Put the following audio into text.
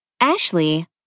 Ashley